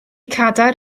cadair